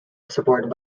supported